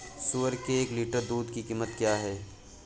सुअर के एक लीटर दूध की कीमत क्या है?